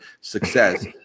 success